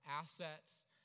assets